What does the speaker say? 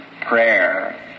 prayer